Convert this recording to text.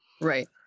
Right